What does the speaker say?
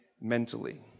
mentally